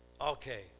Okay